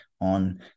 on